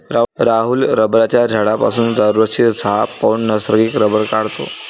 राहुल रबराच्या झाडापासून दरवर्षी सहा पौंड नैसर्गिक रबर काढतो